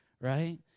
right